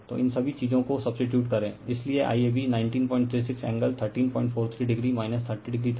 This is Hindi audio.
तो इन सभी चीजों को सब्सीटीयूड करें इसलिए IAB 1936 एंगल 1343o 30o था